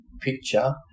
picture